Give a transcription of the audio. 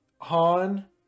Han